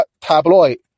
tabloid